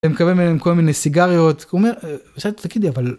ומקבל מהם כל מיני סיגריות, הוא אומר בסדר תגידי אבל.